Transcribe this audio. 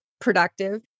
productive